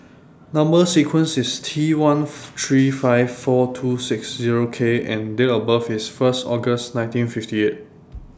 Number sequence IS T one three five four two six Zero K and Date of birth IS First August nineteen fifty eight